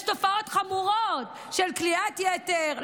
יש תופעות חמורות של כליאת יתר,